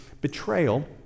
betrayal